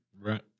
Right